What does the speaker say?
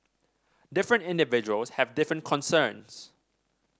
different individuals have different concerns